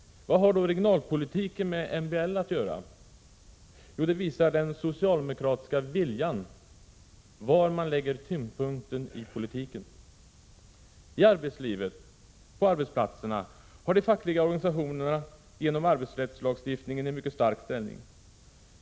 Vad har då regionalpolitiken med MBL att göra? Jo, det visar den socialdemokratiska viljan — var man lägger tyngdpunkten i politiken. I arbetslivet, på arbetsplatserna, har de fackliga organisationerna genom arbetsrättslagstiftningen en mycket stark ställning.